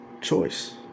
choice